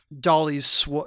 Dolly's